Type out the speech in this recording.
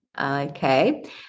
Okay